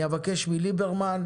אני אבקש מליברמן,